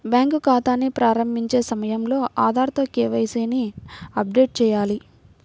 bank ఖాతాని ప్రారంభించే సమయంలో ఆధార్ తో కే.వై.సీ ని అప్డేట్ చేయాలి